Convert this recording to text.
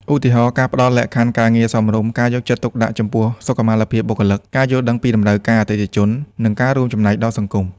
ឧទាហរណ៍ ការផ្ដល់លក្ខខណ្ឌការងារសមរម្យ ការយកចិត្តទុកដាក់ចំពោះសុខុមាលភាពបុគ្គលិក ការយល់ដឹងពីតម្រូវការអតិថិជន និងការរួមចំណែកដល់សង្គម។